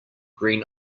green